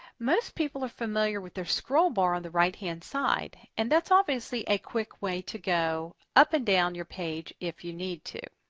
most people are familiar with their scrollbar on the right hand side and that's obviously a quick way to go up and down your page if you need to.